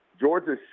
Georgia